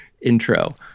intro